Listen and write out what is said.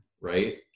right